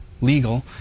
legal